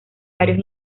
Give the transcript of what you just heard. varios